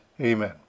Amen